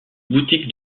boutique